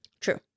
True